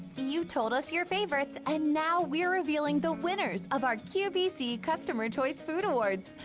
you told us your favorites. and now we're revealing the winners of our qvc customer choice food awards.